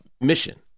mission